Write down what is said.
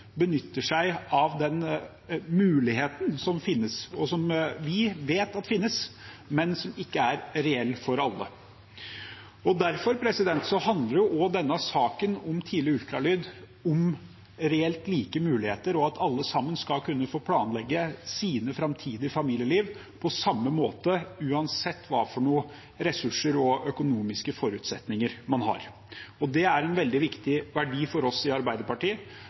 benytter seg av muligheten som finnes, og som vi vet finnes, men som ikke er reell for alle. Derfor handler denne saken om tidlig ultralyd om reelt like muligheter og at alle skal kunne få planlegge sitt framtidige familieliv på samme måte, uansett hvilke ressurser og økonomiske forutsetninger man har. Det er en veldig viktig verdi for oss i Arbeiderpartiet